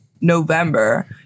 November